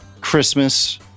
Christmas